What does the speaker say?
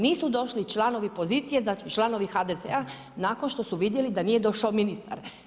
Nisu došli članovi pozicije, članovi HDZ-a nakon što su vidjeli da nije došao ministar.